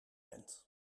bent